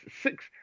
six